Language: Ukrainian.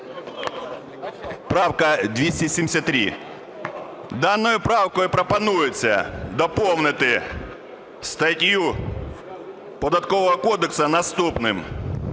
Правка 273. Даною правкою пропонується доповнити статтю Податкового кодексу наступним: